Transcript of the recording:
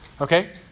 Okay